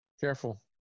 Careful